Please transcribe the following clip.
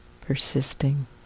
Persisting